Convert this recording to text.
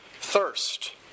thirst